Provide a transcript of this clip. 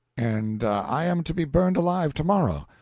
and i am to be burned alive to-morrow.